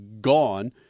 gone –